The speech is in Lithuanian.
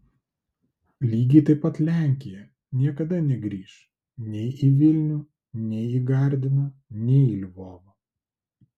lygiai taip pat lenkija niekada negrįš nei į vilnių nei į gardiną nei į lvovą